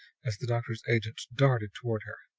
as the doctor's agent darted toward her.